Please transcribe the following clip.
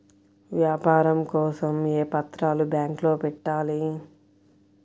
వ్యాపారం కోసం ఏ పత్రాలు బ్యాంక్లో పెట్టాలి?